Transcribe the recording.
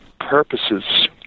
purposes